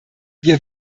wir